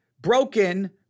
broken